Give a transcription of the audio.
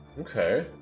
Okay